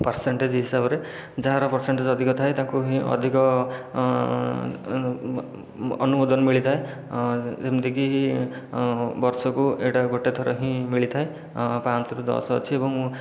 percentage ହିସାବରେ ଯାହାର percentage ଅଧିକ ଥାଏ ତାକୁ ହିଁ ଅଧିକ ଅନୁମୋଦନ ମିଳିଥାଏ ଯେମିତିକି ବର୍ଷକୁ ଏହିଟା ଗୋଟିଏ ଥର ହିଁ ମିଳିଥାଏ ପାଞ୍ଚରୁ ଦଶ ଅଛି ଏବଂ